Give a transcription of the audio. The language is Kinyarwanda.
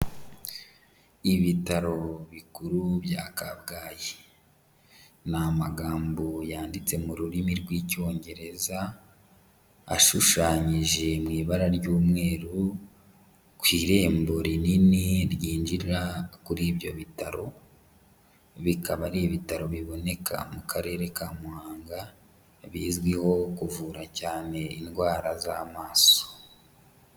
Ibitaro bikuru bya Kabgayi, ni amagambo yanditse mu rurimi rw'Icyongereza ashushanyije mu ibara ry'umweru ku irembo rinini ryinjira kuri ibyo bitaro, bikaba ari ibitaro biboneka mu karere ka Muhanga bizwiho kuvura cyane indwara z'amaso.